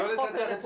אין לך רשות